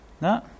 No